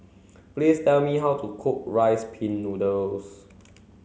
please tell me how to cook rice pin noodles